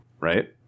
Right